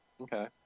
Okay